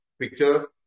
picture